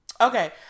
Okay